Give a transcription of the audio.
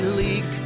leak